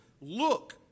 look